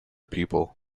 people